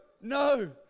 no